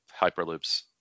hyperloops